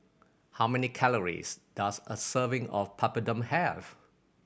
how many calories does a serving of Papadum have